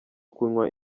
kunywa